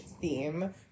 theme